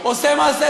עושה מעשה טוב.